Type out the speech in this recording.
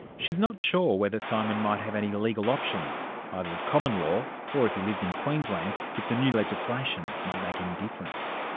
she's not sure whether simon might have any legal options, either at common law, or if he lived in queensland, if the new legislation might make any difference.